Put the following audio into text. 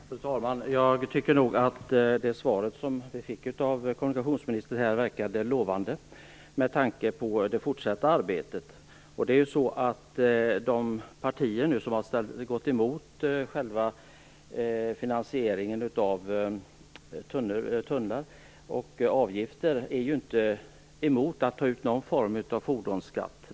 Fru talman! Jag tycker nog att det svar som vi fick av kommunikationsministern verkade lovande med tanke på det fortsatta arbetet. De partier som har gått emot själva finansieringen av tunnlar och avgifter är ju inte emot att man tar ut någon form av fordonsskatt.